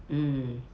mm